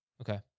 Okay